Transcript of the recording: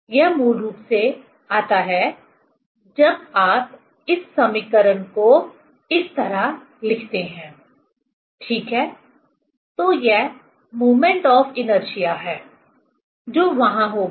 यह मूल रूप से आता है जब आप इस समीकरण को इस तरह लिखते हैं ठीक है तो यह मोमेंट ऑफ इनर्शिया है जो वहां होगा